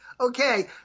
Okay